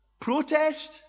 protest